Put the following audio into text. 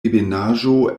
ebenaĵo